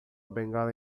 bengala